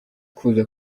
kuza